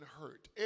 hurt